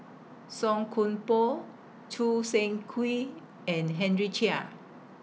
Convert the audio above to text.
Song Koon Poh Choo Seng Quee and Henry Chia